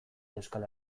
euskal